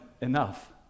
enough